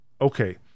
Okay